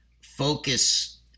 focus